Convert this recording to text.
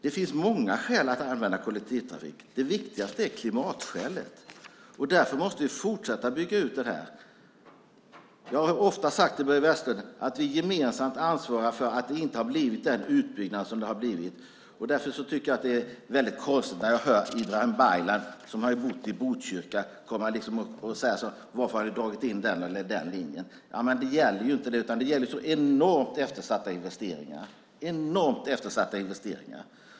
Det finns många skäl att använda kollektivtrafik. Det viktigaste är klimatskälet. Därför måste vi fortsätta att bygga ut kollektivtrafiken. Jag har ofta sagt till Börje Vestlund att vi gemensamt ansvarar för att det inte har blivit den utbyggnad som det borde ha blivit. Därför tycker jag att det är väldigt konstigt att höra Ibrahim Baylan, som ju har bott i Botkyrka, komma och fråga varför man har dragit in den ena eller andra linjen. Men det gäller inte det, utan det gäller så enormt eftersatta investeringar. Herr talman!